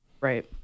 right